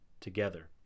together